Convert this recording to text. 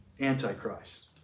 Antichrist